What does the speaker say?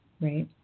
right